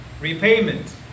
repayment